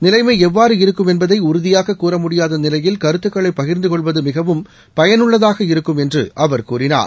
நிலைமை எவ்வாறு இருக்கும் என்பதை உறுதியாக கூறமுடியாத நிலையில் கருத்துக்களை பகிர்ந்து கொள்வது மிகவும் பயனுள்ளதாக இருக்கும் என்று அவர் கூறினார்